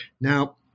Now